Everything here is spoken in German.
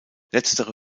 letztere